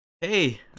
hey